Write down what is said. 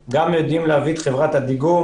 גם יודעים להביא את חברת הדיגום